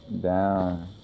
down